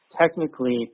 technically